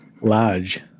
Large